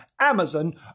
Amazon